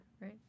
right